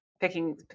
picking